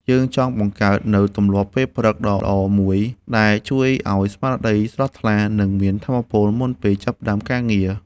យើងចង់បង្កើតនូវទម្លាប់ពេលព្រឹកដ៏ល្អមួយដែលជួយឱ្យស្មារតីស្រស់ថ្លា និងមានថាមពលមុនពេលចាប់ផ្ដើមការងារ។